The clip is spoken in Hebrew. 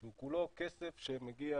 שהוא כולו כסף שמגיע